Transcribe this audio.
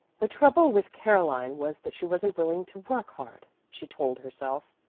the trouble with caroline was that she wasn't willing to work hard, she told herself.